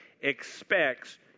expects